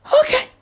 Okay